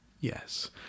yes